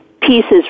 pieces